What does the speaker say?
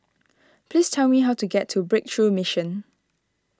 please tell me how to get to Breakthrough Mission